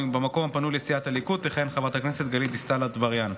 במקום הפנוי לסיעת הליכוד תכהן חברת הכנסת גלית דיסטל אטבריאן,